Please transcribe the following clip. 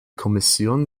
kommission